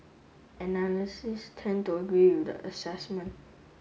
analysts tend to agree with that assessment